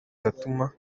gatuma